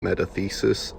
metathesis